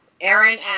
Aaron